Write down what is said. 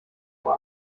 vor